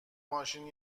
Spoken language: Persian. ماشین